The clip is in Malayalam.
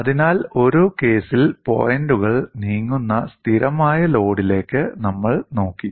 അതിനാൽ ഒരു കേസിൽ പോയിന്റുകൾ നീങ്ങുന്ന സ്ഥിരമായ ലോഡിലേക്ക് നമ്മൾ നോക്കി